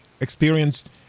experienced